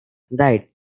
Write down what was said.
died